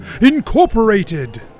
Incorporated